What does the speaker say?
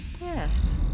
yes